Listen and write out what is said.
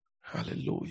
Hallelujah